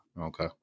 Okay